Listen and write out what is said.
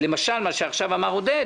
כפי שעכשיו אמר עודד